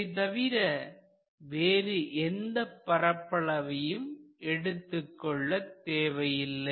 இவை தவிர வேறு எந்தப் பரப்பளவையும் எடுத்துக் கொள்ள தேவையில்லை